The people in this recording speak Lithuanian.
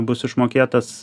bus išmokėtas